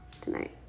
tonight